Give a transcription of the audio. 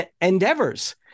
endeavors